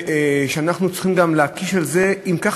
ואנחנו צריכים גם להקיש מזה: אם כך